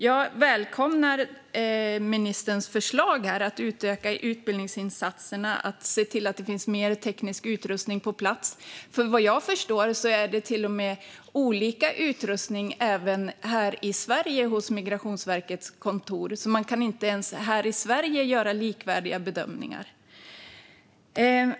Jag välkomnar ministerns förslag om att utöka utbildningsinsatserna och se till att det finns mer teknisk utrustning på plats. Vad jag förstår är det till och med olika utrustning även på Migrationsverkets kontor här i Sverige. Man kan alltså inte ens här i Sverige göra likvärdiga bedömningar.